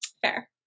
Fair